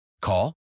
Call